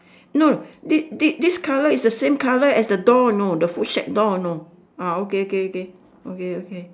no thi~ thi~ this colour is the same colour as the door know the food shack door know ah okay okay okay okay okay